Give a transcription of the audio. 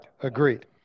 agreed